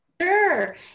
Sure